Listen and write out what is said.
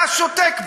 אתה שותק.